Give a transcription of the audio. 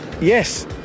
Yes